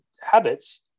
habits